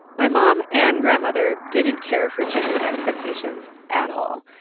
my mom and grandmother didn't care for gendered expectations at all.